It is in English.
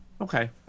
okay